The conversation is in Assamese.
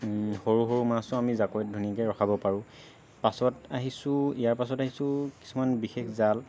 সৰু সৰু মাছো আমি জাকৈত ধুনীয়াকৈ ৰখাব পাৰোঁ পাছত আহিছো ইয়াৰ পিছত আহিছো কিছুমান বিশেষ জাল